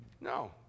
No